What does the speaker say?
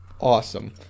Awesome